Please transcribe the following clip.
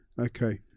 okay